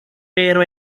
pero